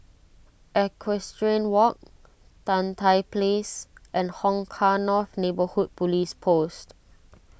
Equestrian Walk Tan Tye Place and Hong Kah North Neighbourhood Police Post